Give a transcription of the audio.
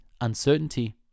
uncertainty